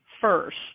first